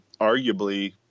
arguably